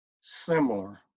similar